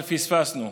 אבל פספסנו.